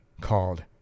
called